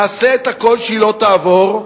נעשה את הכול שהיא לא תעבור,